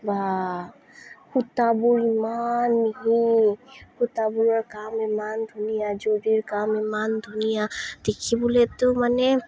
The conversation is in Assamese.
বা সূতাবোৰ ইমান মিহি সূতাবোৰৰ কাম ইমান ধুনীয়া জৰীৰ কাম ইমান ধুনীয়া দেখিবলৈতো মানে